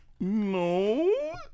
no